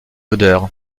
odeur